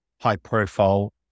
high-profile